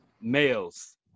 males